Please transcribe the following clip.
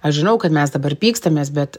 aš žinau kad mes dabar pykstamės bet